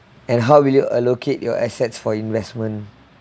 and how will you allocate your assets for investment